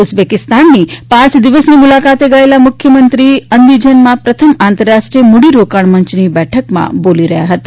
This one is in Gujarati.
ઉઝબેકીસ્તાનની પાંચ દિવસની મુલાકાતે ગયેલા મુખ્યમંત્રી અંદિજાનમાં પ્રથમ આંતરરાષ્ટ્રીય મૂડીરોકાણ મંચની બેઠકમાં બોલી રહ્યા હતા